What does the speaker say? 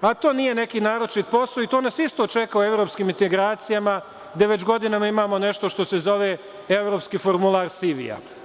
a to nije neki naročit posao, jer nas isto čeka u evropskim integracijama, gde već godinama imamo nešto što se zove evropski formular CV.